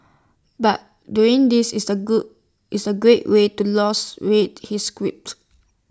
but doing this is A good is A great way to lose weight he's quipped